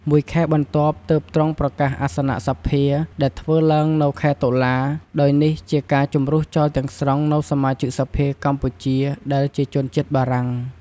មួយខែបន្ទាប់ទើបទ្រង់ប្រកាសអសនៈសភា ដែលធ្វើឡើងនៅខែតុលា ដោយនេះជាការជម្រុះចោលទាំងស្រុង នូវសមាជិកសភាកម្ពុជាដែលជាជនជាតិបារាំង ។